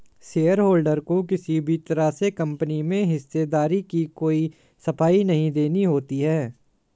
shareholder को किसी भी तरह से कम्पनी में हिस्सेदारी की कोई सफाई नहीं देनी होती है